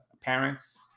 parents